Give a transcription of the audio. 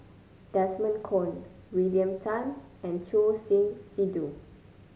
Desmond Kon William Tan and Choor Singh Sidhu